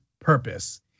purpose